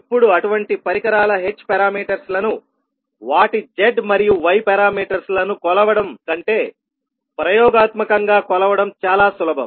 ఇప్పుడు అటువంటి పరికరాల h పారామీటర్స్ లను వాటి z మరియు y పారామీటర్స్ లను కొలవడం కంటే ప్రయోగాత్మకంగా కొలవడం చాలా సులభం